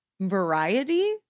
variety